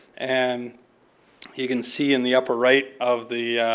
and you can see in the upper right of the